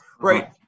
Right